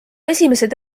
esimesed